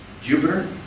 Jupiter